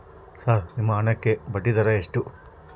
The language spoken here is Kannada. ಸರ್ ನಿಮ್ಮ ಹಣಕ್ಕೆ ಬಡ್ಡಿದರ ಎಷ್ಟು?